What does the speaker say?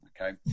Okay